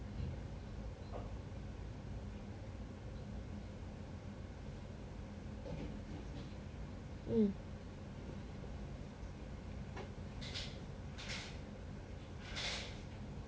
mm